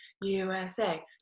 USA